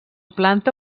planta